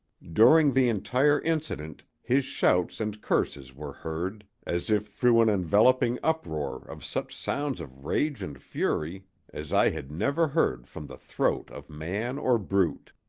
during the entire incident his shouts and curses were heard, as if through an enveloping uproar of such sounds of rage and fury as i had never heard from the throat of man or brute!